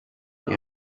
iyo